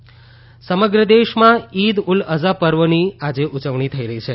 ઇદ સમગ્ર દેશમાં ઇદ ઉલ અઝા પર્વની આજે ઉજવણી થઇ રહી છે